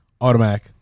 Automatic